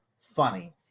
funny